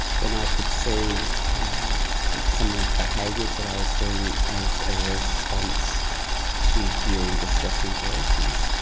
when i could see how some of the behaviours that i was doing as a response to hearing distressing voices,